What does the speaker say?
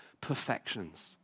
perfections